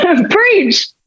Preach